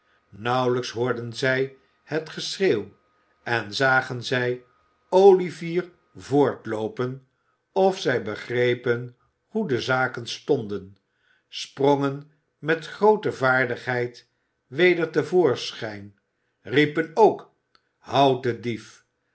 nauwelijks hoorden zij het geschreeuw en zagen zij olivier voortloopen of zij begrepen hoe de zaken stonden sprongen met groote vaardigheid weder te voorschijn riepen ook houdt den dief